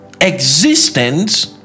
existence